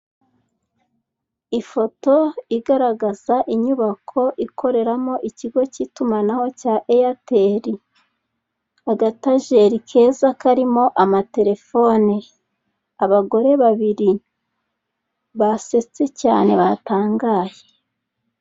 Ifoto igaragaza inyubako ikoreramo ikigo k'itumanaho cya eyateri, agatajeri keza karimo amaterefone, abagore babiri basetse cyane batangaye.